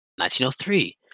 1903